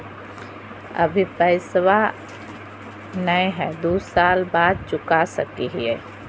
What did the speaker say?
अभि पैसबा नय हय, दू साल बाद चुका सकी हय?